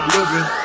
Living